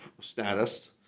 status